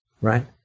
right